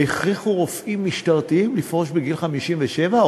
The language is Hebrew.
והכריחו רופאים משטרתיים לפרוש בגיל 57,